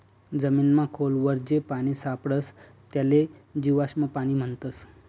जमीनमा खोल वर जे पानी सापडस त्याले जीवाश्म पाणी म्हणतस